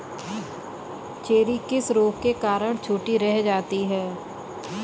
Cherry किस रोग के कारण छोटी रह जाती है?